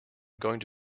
gonna